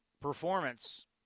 performance